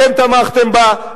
אתם תמכתם בה,